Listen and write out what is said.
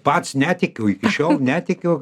pats netikiu iki šiol netikiu